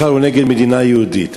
בכלל הוא נגד מדינה יהודית,